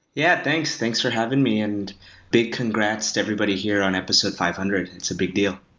yeah, thanks. thanks for having me, and big congrats to everybody here on episode five hundred. it's a big deal.